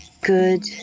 good